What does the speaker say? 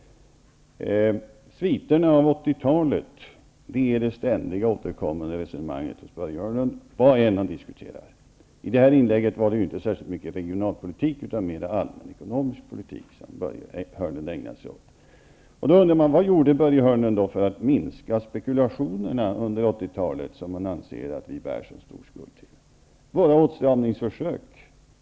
Sviterna från 80-talet är ett ständigt återkommande resonemang från Börje Hörnlund vad man än diskuterar. I hans inlägg handlade det inte särskilt mycket om regionalpolitik, utan det var en mer allmän ekonomisk politik som Börje Hörnlund ägnade sig åt. Man kan då fråga sig vad Börje Hörnlund gjorde för att minska spekulationen under 80-talet, som han anser att vi bär ett så stort ansvar för.